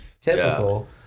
typical